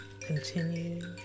continue